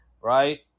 right